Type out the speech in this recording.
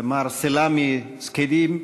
מר סלאמי סחים,